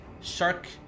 Shark